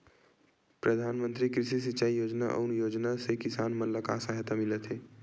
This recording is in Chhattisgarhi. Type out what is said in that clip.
प्रधान मंतरी कृषि सिंचाई योजना अउ योजना से किसान मन ला का सहायता मिलत हे?